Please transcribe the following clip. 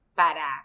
para